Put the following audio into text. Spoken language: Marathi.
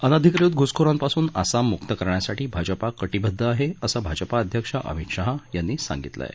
अनधिकृत घुसखोरांपासून आसाम मुक्त करण्यासाठी भाजपा कटीबद्ध आहे असं भाजपा अध्यक्ष अमित शहा यांनी सांगितलं आहे